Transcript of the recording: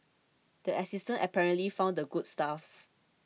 the assistant apparently found the good stuff